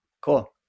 Cool